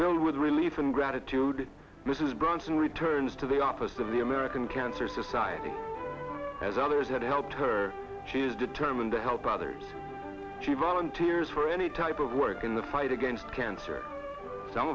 filled with relief and gratitude mrs bronson returns to the office of the american cancer society as others have helped her she is determined to help others she volunteers for any type of work in the fight against cancer some